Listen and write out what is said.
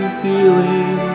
feeling